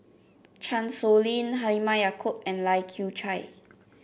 Chan Sow Lin Halimah Yacob and Lai Kew Chai